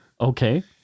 Okay